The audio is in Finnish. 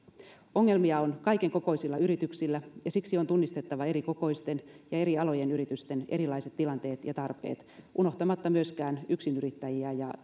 ongelmia on kaikenkokoisilla yrityksillä ja siksi on tunnistettava eri kokoisten ja eri alojen yritysten erilaiset tilanteet ja tarpeet unohtamatta myöskään yksinyrittäjiä ja